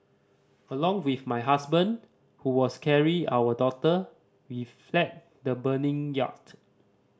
along with my husband who was carrying our daughter we fled the burning yacht